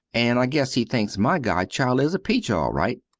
and i guess he thinks my godchild is a peach, all right.